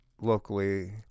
locally